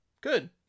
good